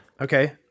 Okay